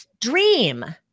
dream